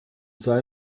sei